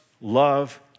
love